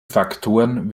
faktoren